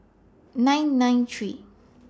nine nine three